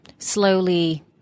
slowly